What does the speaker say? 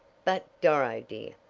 but, doro, dear,